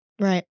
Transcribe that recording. Right